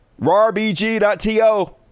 RARBG.TO